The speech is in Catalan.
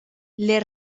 les